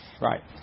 right